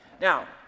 Now